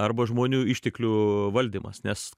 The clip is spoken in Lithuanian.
arba žmonių išteklių valdymas nes